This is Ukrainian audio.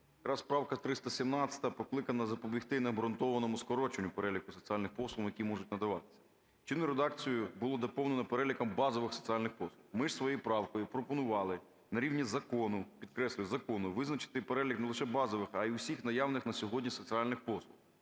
Якраз правка 317 покликана запобігти необґрунтованому скороченню переліку соціальних послуг, які можуть надаватися. Чинну редакцію було доповнено переліком базових соціальних послуг. Ми ж своєю правкою пропонували на рівні закону, підкреслюю, закону, визначити перелік не лише базових, а й усіх наявних на сьогодні соціальних послуг.